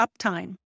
uptime